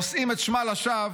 נושאים את שמה לשווא,